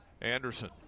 Anderson